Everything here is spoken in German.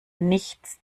nichts